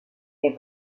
les